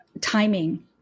timing